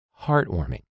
heartwarming